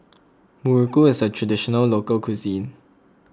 Muruku is a Traditional Local Cuisine